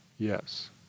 Yes